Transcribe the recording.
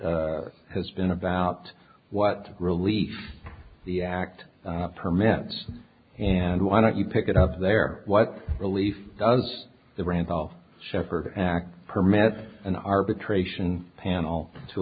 has been about what relief the act her meds and why don't you pick it up there what relief does the randolph sheppard act permits an arbitration panel to